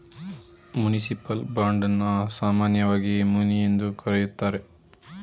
municipal bond ಅನ್ನ ಸಾಮಾನ್ಯವಾಗಿ muni ಎಂದು ಕರೆಯುತ್ತಾರೆ